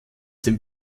dem